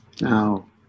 Now